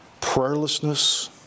Prayerlessness